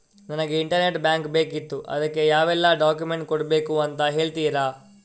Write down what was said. ನನಗೆ internet bank ಬೇಕಿತ್ತು ಅದಕ್ಕೆ ಯಾವೆಲ್ಲಾ ಡಾಕ್ಯುಮೆಂಟ್ಸ್ ಕೊಡ್ಬೇಕು ಅಂತ ಹೇಳ್ತಿರಾ?